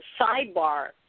sidebar